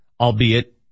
albeit